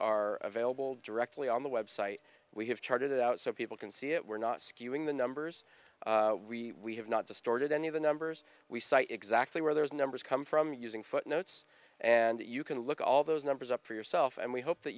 are available directly on the website we have charted it out so people can see it we're not skewing the numbers we have not distorted any of the numbers we cite exactly where those numbers come from using footnotes and you can look at all those numbers up for yourself and we hope that